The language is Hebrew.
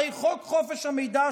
הרי חוק חופש המידע,